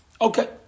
Okay